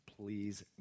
please